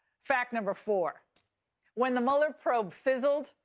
fact number four when the mueller probe fizzled,